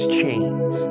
chains